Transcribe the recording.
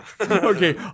okay